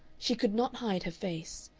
she could not hide her face.